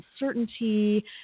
uncertainty